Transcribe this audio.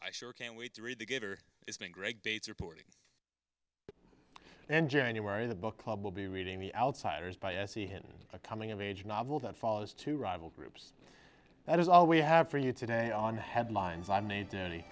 i sure can't wait to read the gator it's been great dates reportings and january the book club will be reading the outsiders by s e hinton a coming of age novel that follows two rival groups that is all we have for you today on the headlines